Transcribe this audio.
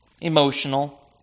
emotional